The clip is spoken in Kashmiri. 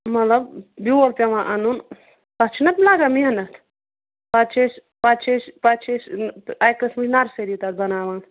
مطلب بیول پیٚوان اَنُن تَتھ چھُنہ لَگان محنت پَتہٕ چھِ أسۍ پَتہٕ چھِ أسۍ پَتہٕ چھِ أسۍ اَکہِ قٕسمٕچ نَرسٔری تَتھ بَناوان